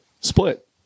split